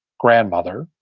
grandmother,